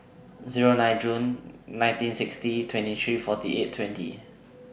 Zero nine June nineteen sixty twenty three forty eight twenty